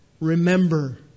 remember